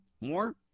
more